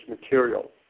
material